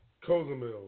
Cozumel